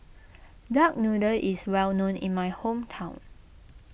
Duck Noodle is well known in my hometown